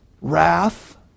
wrath